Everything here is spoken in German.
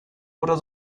oder